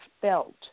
felt